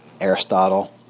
Aristotle